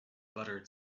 buttered